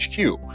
HQ